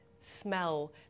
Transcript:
smell